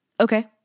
Okay